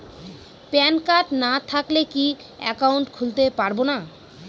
Pan card না থাকলে কি একাউন্ট খুলতে পারবো না?